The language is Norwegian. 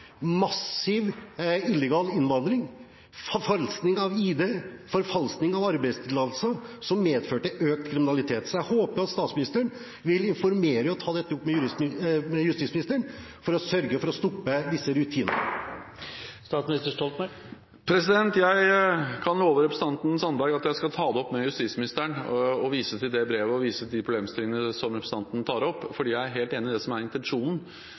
massiv illegal innvandring, forfalskning av ID og forfalskning av arbeidstillatelser, som medfører økt kriminalitet. Jeg håper at statsministeren vil informere og ta dette opp med justisministeren for å sørge for å stoppe disse rutinene. Jeg kan love representanten Sandberg at jeg skal ta det opp med justisministeren og vise til det brevet og de problemstillingene representanten tar opp. Jeg er helt enig i det som er intensjonen